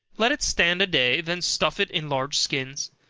let it stand a day, then stuff it in large skins,